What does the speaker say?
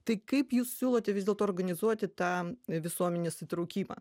tai kaip jūs siūlote vis dėlto organizuoti tą visuomenės įtraukimą